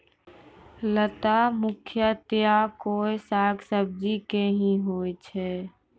लता मुख्यतया कोय साग सब्जी के हीं होय छै